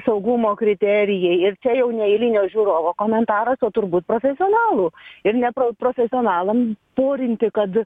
saugumo kriterijai ir čia jau ne eilinio žiūrovo komentaras o turbūt profesionalų ir nepro profesionalam porinti kad